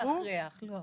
רגע, רגע,